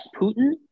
Putin